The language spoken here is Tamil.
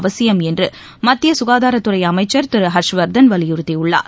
அவசியம் என்று மத்திய சுகாதாரத்துறை அமைச்சர் திரு ஹர்ஷ்வர்தன் வலியுறுத்தியுள்ளார்